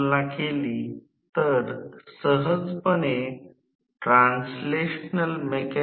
R2 सामायिक घ्या नंतर 1 s 1 मिळेल